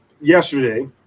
yesterday